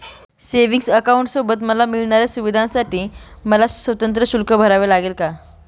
Savings अकाउंटसोबत मला मिळणाऱ्या सुविधांसाठी मला स्वतंत्र शुल्क भरावे लागेल का?